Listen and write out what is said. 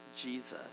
Jesus